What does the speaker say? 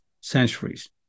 centuries